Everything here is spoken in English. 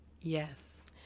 Yes